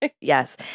Yes